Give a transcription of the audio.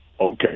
Okay